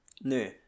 No